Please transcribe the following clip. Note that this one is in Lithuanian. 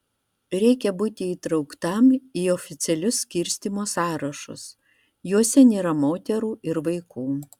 reikia būti įtrauktam į oficialius skirstymo sąrašus juose nėra moterų ir vaikų